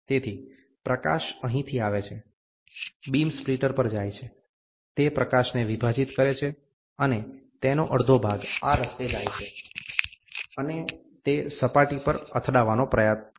તેથી પ્રકાશ અહીંથી આવે છે બીમ સ્પ્લિટર પર જાય છે તે પ્રકાશને વિભાજીત કરે છે અને તેનો અડધો ભાગ આ રસ્તે જાય છે અને તે સપાટી પર અથડાવવાનો પ્રયાસ કરે છે